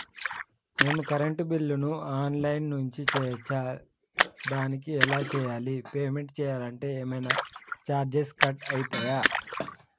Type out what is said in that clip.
మేము కరెంటు బిల్లును online నుంచి చేయచ్చా? దానికి ఎలా చేయాలి? పేమెంట్ చేయాలంటే ఏమైనా చార్జెస్ కట్ అయితయా?